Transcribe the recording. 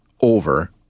over